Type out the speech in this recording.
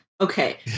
Okay